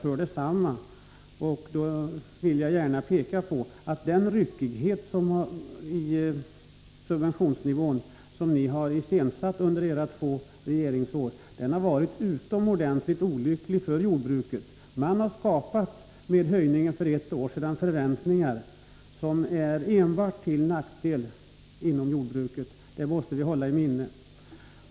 Jag vill gärna peka på att den ryckighet i fastställandet av subventionsnivån som ni har åstadkommit under era två regeringsår har varit utomordentligt olycklig för jordbruket. Med höjningen för ett år sedan skapade man förväntningar som enbart är till nackdel inom jordbruket — det måste vi hålla i minnet.